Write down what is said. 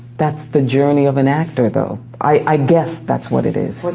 that's the journey of an actor though, i guess that's what it is.